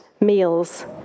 meals